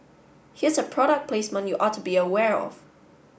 here's a product placement you ought to be aware of